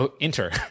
enter